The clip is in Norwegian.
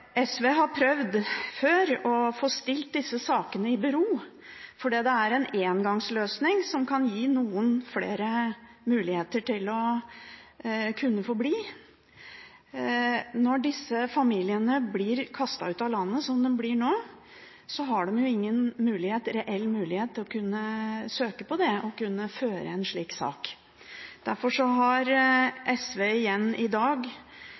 SV har prøvd før å få stilt disse sakene i bero fordi det er en engangsløsning som kan gi noen flere mulighet til å få bli. Når disse familiene blir kastet ut av landet, som de blir nå, har de ingen reell mulighet til å kunne føre en slik sak. Derfor har SV igjen i dag